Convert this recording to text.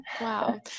Wow